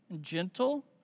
gentle